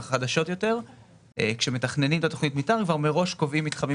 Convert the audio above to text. החדשות יותר כשמתכננים את התוכנית מתאר כבר מראש קובעים מתחמים